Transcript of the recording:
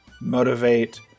Motivate